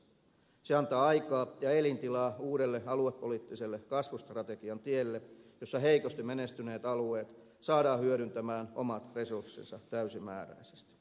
se antaa aikaa ja elintilaa uudelle aluepoliittiselle kasvustrategian tielle jossa heikosti menestyneet alueet saadaan hyödyntämään omat resurssinsa täysimääräisesti